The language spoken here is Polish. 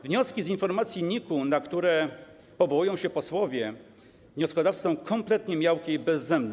Wnioski z informacji NIK-u, na które powołują się posłowie wnioskodawcy, są kompletnie miałkie i bezzębne.